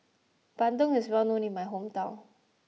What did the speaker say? Bandung is well known in my hometown